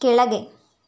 ಕೆಳಗೆ